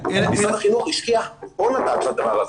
משרד החינוך השקיע הון עתק בדבר הזה.